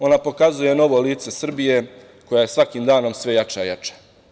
Ona pokazuje novo lice Srbije, koja je svakim danom sve jača i jača.